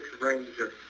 Ranger